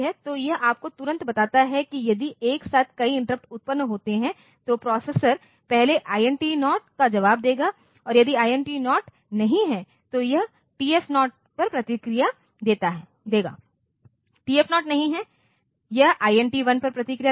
तो यह आपको तुरंत बताता है कि यदि एक साथ कई इंटरप्ट उत्पन्न होते हैं तो प्रोसेसर पहले INT 0 का जवाब देगा और यदि INT 0 नहीं है तो यह TF0 पर प्रतिक्रिया देगा TF0 नहीं है यह INT1 पर प्रतिक्रिया देगा